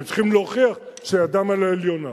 והם צריכים להוכיח שידם על העליונה.